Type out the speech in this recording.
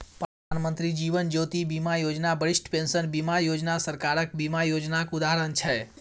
प्रधानमंत्री जीबन ज्योती बीमा योजना, बरिष्ठ पेंशन बीमा योजना सरकारक बीमा योजनाक उदाहरण छै